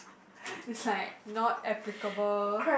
it's like not applicable